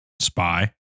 spy